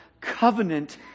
covenant